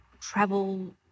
travel